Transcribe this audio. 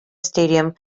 stadium